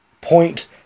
Point